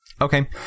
Okay